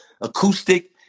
acoustic